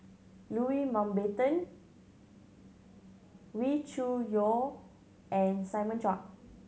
Loui Mountbatten Wee Cho Yaw and Simon Chua